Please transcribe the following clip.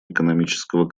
экономического